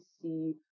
see